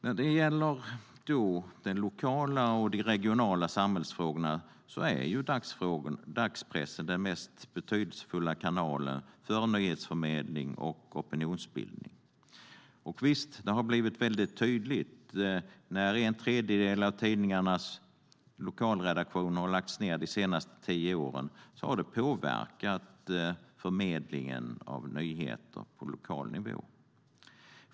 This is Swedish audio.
När det gäller de lokala och regionala samhällsfrågorna är dagspressen den mest betydelsefulla kanalen för nyhetsförmedling och opinionsbildning. Visst har det blivit tydligt när en tredjedel av tidningarnas lokalredaktioner har lagts ned de senaste tio åren att det har påverkat förmedlingen av nyheter på lokal nivå.